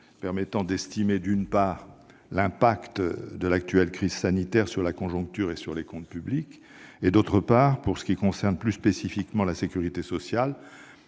permettant d'estimer, d'une part, l'incidence de l'actuelle crise sanitaire sur la conjoncture et sur les comptes publics et, d'autre part, pour ce qui concerne plus spécifiquement la sécurité sociale,